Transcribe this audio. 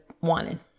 wanted